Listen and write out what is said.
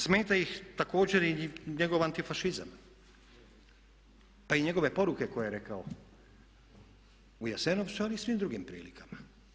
Smeta ih također i njegov antifašizam, pa i njegove poruke koje je rekao u Jasenovcu ali i u svim drugim prilikama.